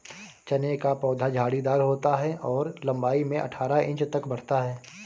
चने का पौधा झाड़ीदार होता है और लंबाई में अठारह इंच तक बढ़ता है